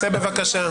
צא, בבקשה.